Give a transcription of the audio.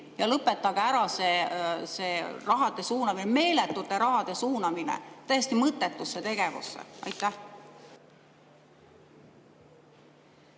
ja lõpetage ära see rahade suunamine, meeletute rahade suunamine täiesti mõttetusse tegevusse. Jaa,